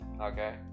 Okay